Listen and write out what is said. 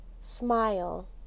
Smile